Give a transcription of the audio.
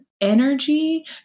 energy